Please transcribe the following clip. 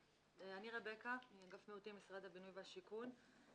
אני רבקה מאגף מיעוטים, משרד הבינוי והשיכון.